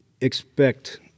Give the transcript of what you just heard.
expect